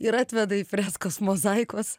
ir atveda į freskos mozaikos